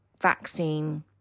vaccine